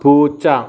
പൂച്ച